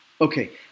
Okay